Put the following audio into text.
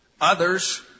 Others